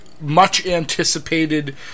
much-anticipated